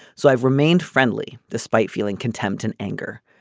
so i remained friendly despite feeling contempt and anger.